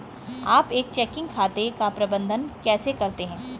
आप एक चेकिंग खाते का प्रबंधन कैसे करते हैं?